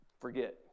forget